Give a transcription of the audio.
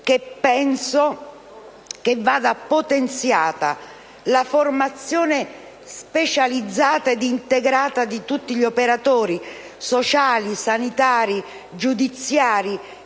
penso vada potenziata la formazione specializzata ed integrata di tutti gli operatori sociali, sanitari e giudiziari